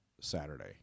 Saturday